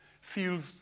feels